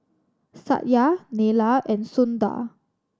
Satya Neila and Sundar